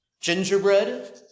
Gingerbread